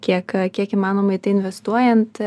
kiek kiek įmanoma į tai investuojant